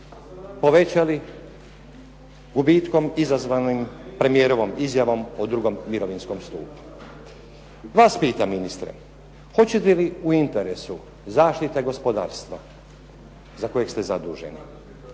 povećali gubitkom izazvanim premijerovom izjavom o drugom mirovinskom stupu. Vas pitam ministre, hoćete li u interesu zaštite gospodarstva za kojeg ste zaduženi,